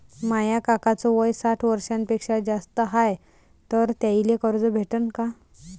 माया काकाच वय साठ वर्षांपेक्षा जास्त हाय तर त्याइले कर्ज भेटन का?